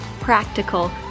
practical